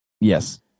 Yes